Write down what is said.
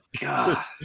God